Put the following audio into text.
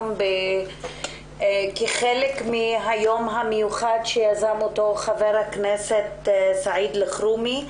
אנחנו חלק מן היום המיוחד שיזם חבר הכנסת סעיד אלחרומי,